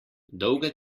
dolga